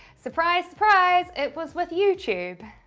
surprise, surprise. it was with youtube.